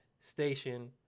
Station